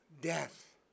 death